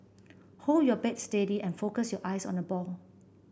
hold your bat steady and focus your eyes on the ball